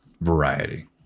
Variety